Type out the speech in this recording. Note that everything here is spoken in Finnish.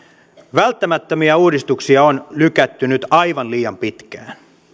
välttämättömiä uudistuksia on lykätty nyt aivan liian pitkään